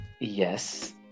Yes